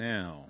Now